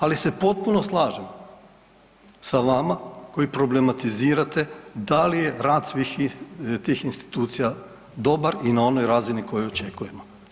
Ali se potpuno slažem sa vama koji problematizirate da li je rad svih tih institucija dobar i na onoj razini koju očekujemo.